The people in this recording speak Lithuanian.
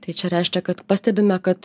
tai čia reiškia kad pastebime kad